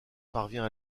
parvient